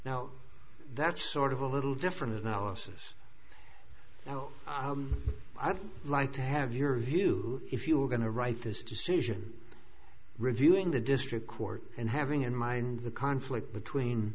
now that's sort of a little different analysis now i'd like to have your view if you were going to write this decision reviewing the district court and having in mind the conflict between